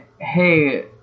hey